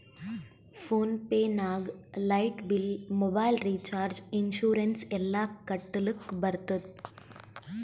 phone pay ನಾಗ್ light bill, mobile recharge, insurance ಎಲ್ಲಾ ಕಟ್ಟಲಕ್ ಬರ್ತುದ್